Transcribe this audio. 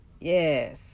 Yes